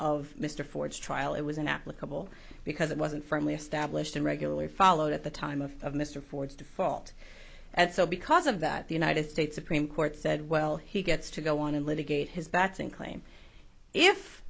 of mr ford's trial it was an applicable because it wasn't firmly established in regular followed at the time of mr ford's default and so because of that the united states supreme court said well he gets to go on and litigate his bets and claim if